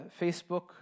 Facebook